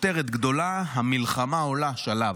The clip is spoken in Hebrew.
כותרת גדולה: "המלחמה עולה שלב,